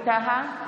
טאהא,